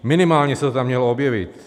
Minimálně se to tam mělo objevit.